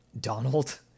Donald